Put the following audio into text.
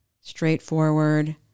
straightforward